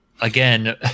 again